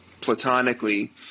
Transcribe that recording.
platonically